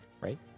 right